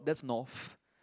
that's North